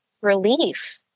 relief